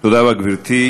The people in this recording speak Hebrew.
תודה רבה, גברתי.